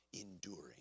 enduring